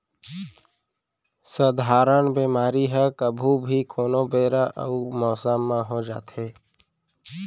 सधारन बेमारी ह कभू भी, कोनो बेरा अउ मौसम म हो जाथे